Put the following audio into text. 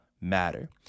matter